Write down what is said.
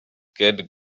kid